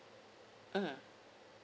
mm